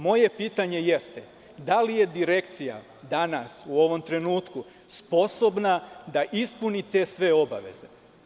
Moje pitanje jeste – da li je Direkcija danas u ovom trenutku sposobna da ispuni te sve obaveze?